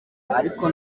arko